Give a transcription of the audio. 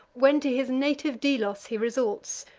when to his native delos he resorts,